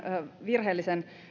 virheellisen